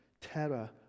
terror